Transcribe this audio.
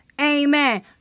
Amen